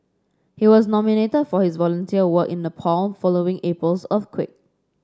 he was nominated for his volunteer work in Nepal following April's earthquake